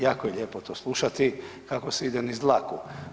Jako je lijepo to slušati kako se ide niz dlaku.